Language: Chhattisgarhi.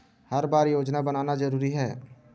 हर बार योजना बनाना जरूरी है?